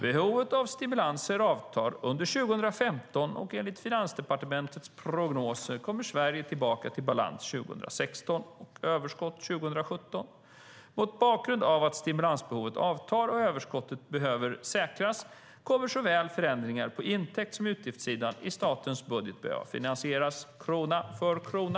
Behovet av stimulanser avtar under 2015, och enligt Finansdepartementets prognoser kommer Sverige tillbaka till balans 2016 och överskott 2017. Mot bakgrund av att stimulansbehovet avtar och överskott behöver säkras kommer såväl förändringar på intäkts som utgiftssidan i statens budget behöva finansieras krona för krona.